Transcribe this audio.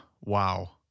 Wow